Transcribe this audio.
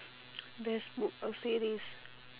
best book or series